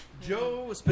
Joe